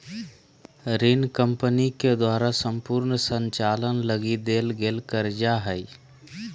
ऋण कम्पनी के द्वारा सम्पूर्ण संचालन लगी देल गेल कर्जा हइ